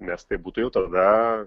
nes tai būtų jau tada